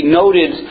noted